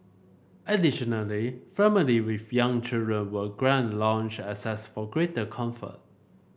additionally family with young children were grant lounge access for greater comfort